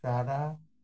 ଚାରା